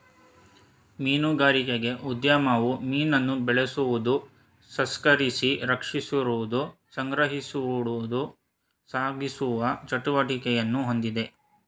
ಮೀನುಗಾರಿಕೆ ಉದ್ಯಮವು ಮೀನನ್ನು ಬೆಳೆಸುವುದು ಸಂಸ್ಕರಿಸಿ ಸಂರಕ್ಷಿಸುವುದು ಸಂಗ್ರಹಿಸುವುದು ಸಾಗಿಸುವ ಚಟುವಟಿಕೆಯನ್ನು ಹೊಂದಿದೆ